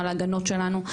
על ההגנות שלנו.